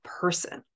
person